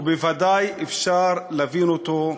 ובוודאי אפשר להבין אותו,